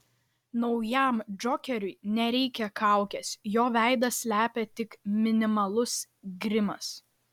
naujam džokeriui nereikia kaukės jo veidą slepia tik minimalus grimas